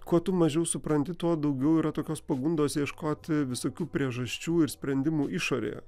kuo tu mažiau supranti tuo daugiau yra tokios pagundos ieškoti visokių priežasčių ir sprendimų išorėje